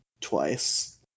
twice